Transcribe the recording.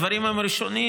הדברים הם ראשוניים,